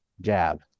jab